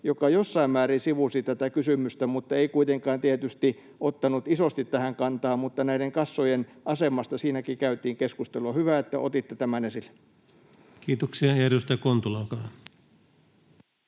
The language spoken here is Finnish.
joka jossain määrin sivusi tätä kysymystä, mutta ei kuitenkaan tietysti ottanut isosti tähän kantaa, mutta näiden kassojen asemasta siinäkin käytiin keskustelua. Hyvä, että otitte tämän esille. [Speech 164] Speaker: